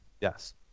Yes